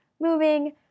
moving